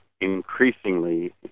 increasingly